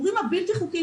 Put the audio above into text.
ההימורים הבלתי חוקיים,